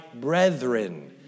brethren